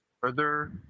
further